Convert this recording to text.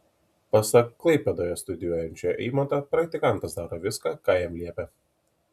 pasak klaipėdoje studijuojančio eimanto praktikantas daro viską ką jam liepia